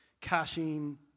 caching